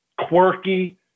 quirky